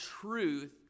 truth